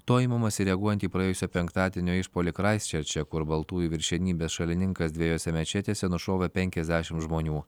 toji imamasi reaguojant į praėjusio penktadienio išpuolį kraistčerče kur baltųjų viršenybės šalininkas dviejose mečetėse nušovė penkiasdešim žmonių